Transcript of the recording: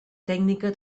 tècnica